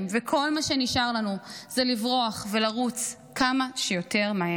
וכל מה שנשאר לנו זה לברוח ולרוץ כמה שיותר מהר.